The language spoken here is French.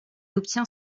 obtient